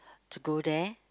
to go there